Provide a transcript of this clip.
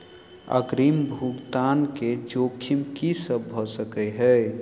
अग्रिम भुगतान केँ जोखिम की सब भऽ सकै हय?